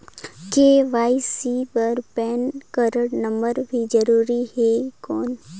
KYC बर pan card number भी जरूरी हे कौन?